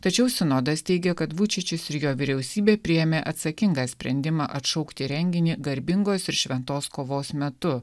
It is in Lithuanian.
tačiau sinodas teigia kad vučičius ir jo vyriausybė priėmė atsakingą sprendimą atšaukti renginį garbingos ir šventos kovos metu